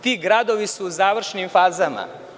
Ti gradovi su u završnim fazama.